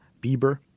Bieber